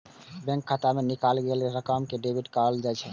bank खाता सं निकालल गेल रकम कें डेबिट कहल जाइ छै